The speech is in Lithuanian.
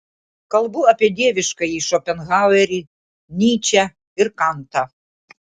kalbu apie dieviškąjį šopenhauerį nyčę ir kantą